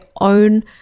own